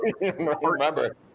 Remember